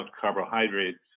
carbohydrates